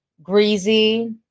greasy